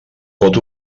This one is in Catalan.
pot